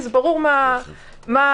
יש פה